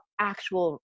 actual